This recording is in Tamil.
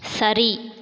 சரி